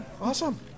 Awesome